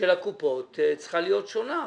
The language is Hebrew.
הקופות צריכה להיות שונה.